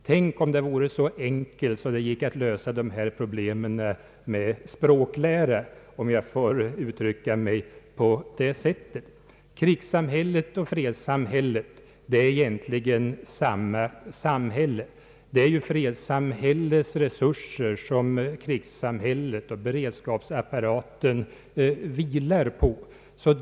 Tänk om det vore så enkelt att det gick att lösa dessa problem med språklära, om jag får uttrycka mig så. Krigssamhället och fredssamhället är egentligen samma samhälle. Det är ju fredssamhällets resurser som krigssamhället och beredskapsapparaten vilar på.